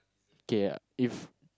okay ah if